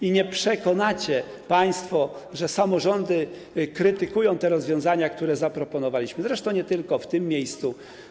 I nie przekonacie mnie państwo, że samorządy krytykują te rozwiązania, które zaproponowaliśmy, zresztą nie tylko w tym miejscu.